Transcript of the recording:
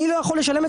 אני לא יכול לשלם,